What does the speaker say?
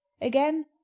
again